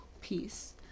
peace